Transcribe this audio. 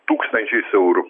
tūkstančiais eurų